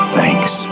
thanks